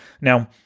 Now